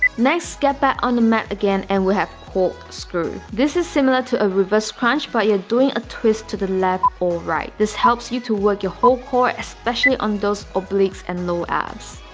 next get back on the mat again and we have corkscrew this is similar to a reverse crunch but you're doing a twist to the left or right this helps you to work your whole core, especially on those obliques and lower abs